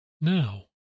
Now